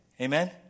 Amen